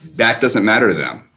that doesn't matter to them,